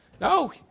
No